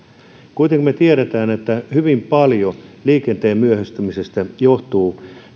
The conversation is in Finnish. kuitenkin me tiedämme että hyvin paljon liikenteen myöhästymisestä johtuu